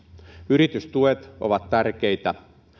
yritystuet ovat tärkeitä